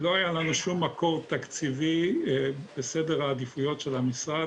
לא היה לנו שום מקור תקציבי בסדר העדיפויות של המשרד